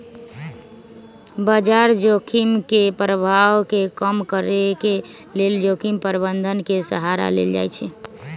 बजार जोखिम के प्रभाव के कम करेके लेल जोखिम प्रबंधन के सहारा लेल जाइ छइ